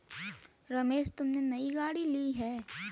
रमेश तुमने नई गाड़ी ली हैं